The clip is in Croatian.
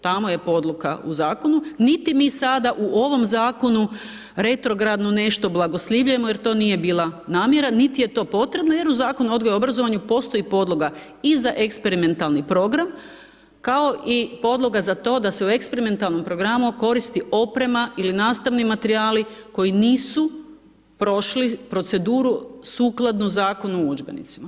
Tamo je podloka u zakonu, niti mi sada u ovom zakonu retrogradno nešto blagoslivljamo jer to nije bila namjera, niti je to potrebno jer u Zakonu odgoju i obrazovanju, postoji podloga i za eksperimentalni program, kao i podloga za to da se u eksperimentalnom programu koristi oprema ili nastavni materijali, koji nisu prošli proceduru sukladno Zakonu o udžbenicima.